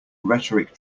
rhetoric